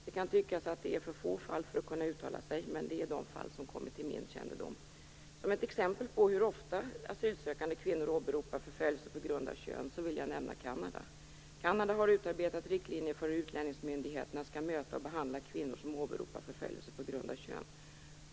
Det kan tyckas att det är för få fall för att kunna uttala sig, men det är de fall som kommit till min kännedom. Som ett exempel på hur ofta asylsökande kvinnor åberopar förföljelse på grund av kön vill jag nämna Kanada. Kanada har utarbetat riktlinjer för hur utlänningsmyndigheterna skall möta och behandla kvinnor som åberopar förföljelse på grund av kön.